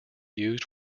used